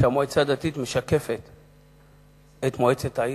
כשהמועצה הדתית משקפת את מועצת העיר.